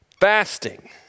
Fasting